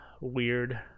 weird